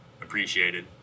Appreciated